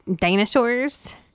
dinosaurs